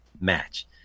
match